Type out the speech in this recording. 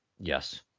Yes